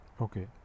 Okay